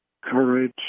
courage